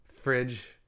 Fridge